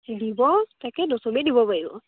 দিব তাকেটো চবে দিব পাৰিব